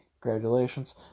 Congratulations